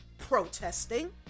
Protesting